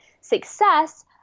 success